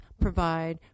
provide